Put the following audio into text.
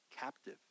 captive